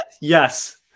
Yes